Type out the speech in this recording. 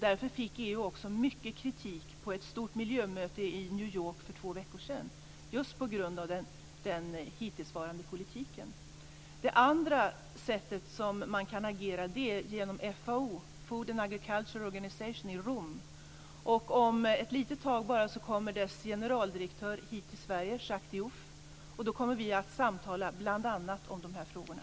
EU fick också mycket kritik på ett stort miljömöte i New York för två veckor sedan, just på grund av den hittillsvarande politiken. Det andra sättet som man kan agera på är genom FAO, Food and Agriculture Organization, i Rom. Om ett tag kommer dess generaldirektör Jacques Diouf hit till Sverige, och vi kommer då att tala om bl.a. de här frågorna.